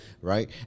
Right